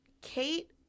Kate